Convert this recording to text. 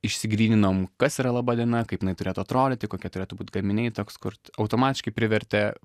išsigryninom kas yra laba diena kaip jinai turėtų atrodyti kokie turėtų būt gaminiai toks kur automatiškai privertė